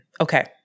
Okay